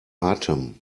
atem